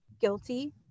guilty